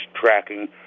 tracking